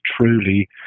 truly